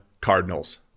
Cardinals